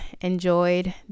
enjoyed